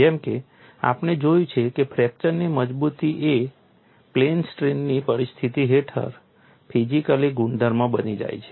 જેમ કે આપણે જોયું છે કે ફ્રેક્ચરની મજબૂતી એ પ્લેન સ્ટ્રેઇનની પરિસ્થિતિ હેઠળ ફિઝિકલી ગુણધર્મ બની જાય છે